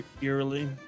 eerily